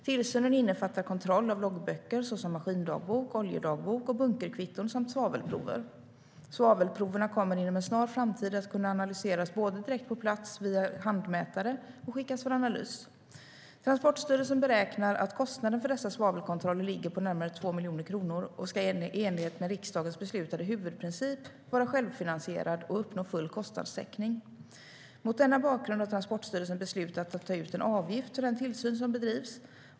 Tillsynen innefattar kontroll av loggböcker, såsom maskindagbok, oljedagbok och bunkerkvitton samt svavelprover. Svavelproverna kommer inom en snar framtid att kunna analyseras både direkt på plats via handmätare och skickas för analys. Transportstyrelsen beräknar att kostnaden för dessa svavelkontroller ligger på närmare 2 miljoner kronor och ska i enlighet med riksdagens beslutade huvudprincip vara självfinansierad, och full kostnadstäckning ska uppnås. Mot denna bakgrund har Transportstyrelsen beslutat att ta ut en avgift för den tillsyn som bedrivs.